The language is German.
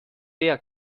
der